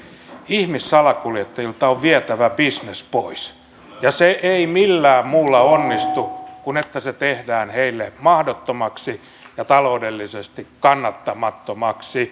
ihmissalakuljettajilta on vietävä bisnes pois ja se ei millään muulla onnistu kuin sillä että se tehdään heille mahdottomaksi ja taloudellisesti kannattamattomaksi